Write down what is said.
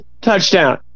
touchdown